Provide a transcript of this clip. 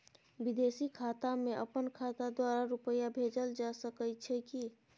विदेशी खाता में अपन खाता द्वारा रुपिया भेजल जे सके छै की?